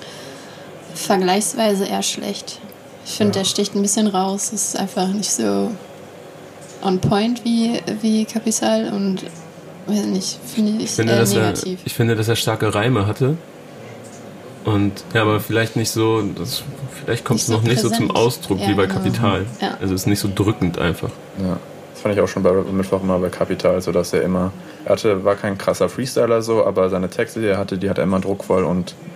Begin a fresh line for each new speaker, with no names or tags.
vergleichsweise eher schlecht. Ich find,
Ja.
der sticht ein bisschen raus, ist einfach nicht so on point wie- wie Capital und, weiß nicht, find
Ich
ich
finde,
eher
dass er-
negativ.
ich finde, dass er starke Reime hatte. Und- ja, aber vielleicht nicht so- das- vielleicht kommt
Nicht
es
so
noch nicht so zum
präsent.
Ausdruck wie
Ja,
bei
genau.
Capital.
Ja.
Also es ist nicht so drückend einfach.
Ja. Das fand ich auch schon bei Rap am Mittwoch immer bei Capital, so dass er immer- er hatte- war kein krasser Freestyler so, aber seine Texte, die er hatte, die hat er immer druckvoll und